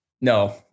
No